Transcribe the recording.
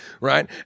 right